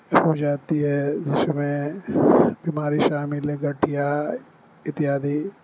ہو جاتی ہے جس میں بیماری شامل ہے گٹھیا اتیادی